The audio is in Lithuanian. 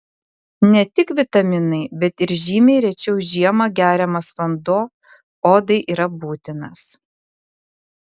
ne tik vitaminai bet ir žymiai rečiau žiemą geriamas vanduo odai yra būtinas